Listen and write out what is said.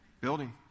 Building